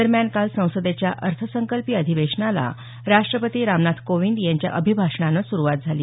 दरम्यान काल संसदेच्या अर्थसंकल्पीय अधिवेशनाला राष्टपती रामनाथ कोविंद यांच्या अभिभाषणानं सुरुवात झाली